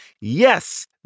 Yes